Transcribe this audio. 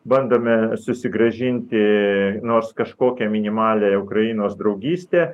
bandome susigrąžinti nors kažkokią minimalią ukrainos draugystę